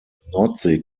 nordsee